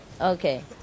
okay